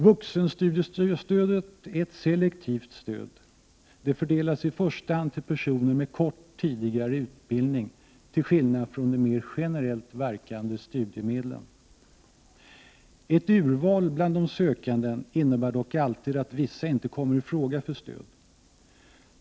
Vuxenstudiestödet är ett selektivt stöd, som i första hand fördelas till personer med kort tidigare utbildning, till skillnad från de mer generellt verkande studiemedlen. Ett urval bland de sökande innebär dock alltid att vissa inte kommer i fråga för stöd.